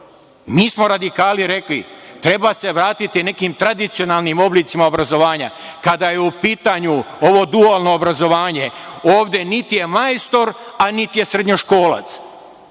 je. Mi smo radikali rekli – treba se vratiti nekim tradicionalnim oblicima obrazovanja. Kada je u pitanju ovo dualno obrazovanje, ovde niti je majstor, a niti je srednjoškolac.